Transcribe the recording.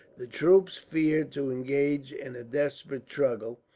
the troops feared to engage in a desperate struggle,